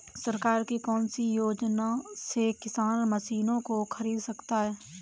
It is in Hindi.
सरकार की कौन सी योजना से किसान मशीनों को खरीद सकता है?